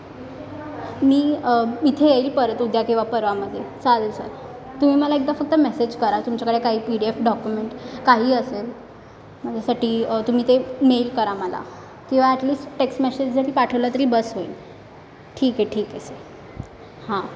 मी इथे येईल परत उद्या किंवा परवामध्ये चालेल सर तुम्ही मला एकदा फक्त मेसेज करा तुमच्याकडे काही पी डी एफ डॉक्युमेंट काहीही असेल माझ्यासाठी तुम्ही ते मेल करा मला किंवा ॲटलिस्ट टेक्स्ट मेशेज जरी पाठवला तरी बस होईल ठीक आहे ठीक आहे सर हां